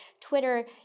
Twitter